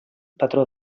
patró